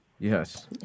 Yes